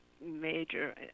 major